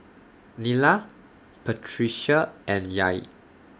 Nyla Patricia and Yair